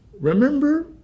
Remember